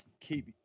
keep